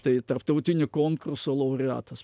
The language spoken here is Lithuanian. tai tarptautinio konkurso laureatas